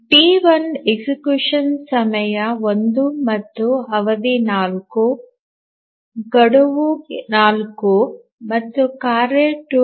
T 1 execution ಸಮಯ 1 ಮತ್ತು ಅವಧಿ 4 ಗಡುವು 4